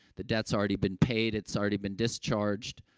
the debt's already been paid, it's already been discharged,